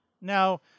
Now